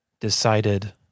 decided